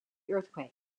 earthquake